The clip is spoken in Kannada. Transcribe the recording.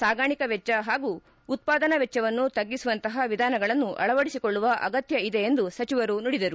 ಸಾಗಾಣಿಕಾ ವೆಜ್ವ ಹಾಗೂ ಉತ್ಪಾದನಾ ವೆಜ್ವವನ್ನು ತಗ್ಗಿಸುವಂತಹ ವಿಧಾನಗಳನ್ನು ಅಳವಡಿಸಿಕೊಳ್ಳುವ ಅಗತ್ತ ಇದೆ ಎಂದು ಸಚಿವರು ನುಡಿದರು